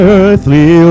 earthly